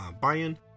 buy-in